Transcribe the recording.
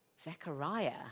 Zechariah